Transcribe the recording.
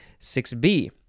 6B